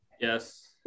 yes